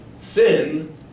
sin